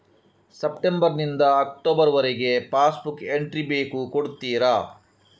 September ನಿಂದ October ವರಗೆ passbook entry ಬೇಕು ಕೊಡುತ್ತೀರಾ?